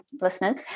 listeners